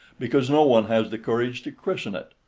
because no one has the courage to christen it.